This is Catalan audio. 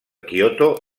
kyoto